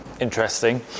Interesting